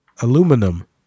Aluminum